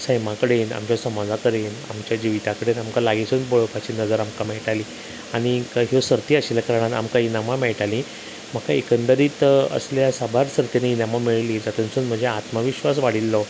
सैमा कडेन आमच्या समाजा कडेन आमच्या जिविता कडेन आमकां लागींसून पळोपाची नजर आमकां मेळटाली आनीक अश्यो सर्ती आशिल्ल्या कारणान आमकां इनामां मेळटालीं म्हाका एकंदरीत असल्या साबार सर्तींनी इनामां मेळिल्लीं जातूंतसून म्हजें आत्मविश्वास वाडिल्लो